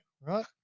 right